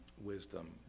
wisdom